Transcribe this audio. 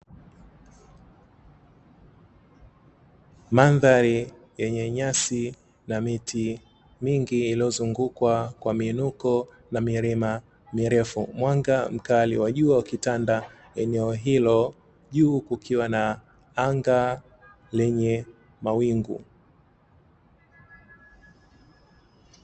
Mandhari yenye nyasi na miti mingi iliyozungukwa kwa miinuko na milima mirefu, mwanga mkali wa jua ukitanda eneo hilo juu kukiwa na anga lenye mawingu.